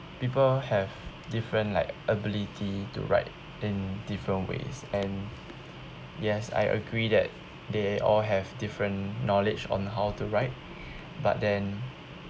people have different like ability to write in different ways and yes I agree that they all have different knowledge on how to write but then